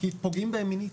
כי פוגעים מהם מינית.